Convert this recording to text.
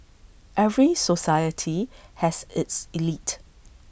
every society has its elite